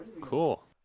cool